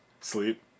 Sleep